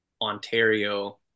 ontario